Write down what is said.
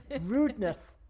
Rudeness